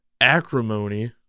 Acrimony